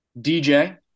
dj